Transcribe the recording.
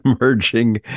emerging